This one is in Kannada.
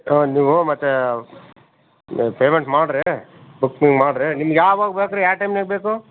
ಹಾಂ ನೀವು ಮತ್ತೆ ಪೇಮೆಂಟ್ ಮಾಡಿ ರೀ ಬುಕಿಂಗ್ ಮಾಡಿ ರೀ ನಿಮ್ಗೆ ಯಾವಾಗ ಬೇಕು ರೀ ಯಾವ ಟೈಮ್ನಾಗೆ ಬೇಕು